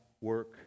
work